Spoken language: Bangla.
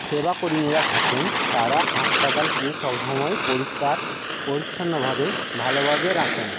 সেবা কর্মীরা থাকেন তারা হাসপাতালকে সবসময় পরিষ্কার পরিচ্ছন্নভাবে ভালোভাবে রাখেন